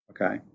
okay